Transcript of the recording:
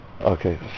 Okay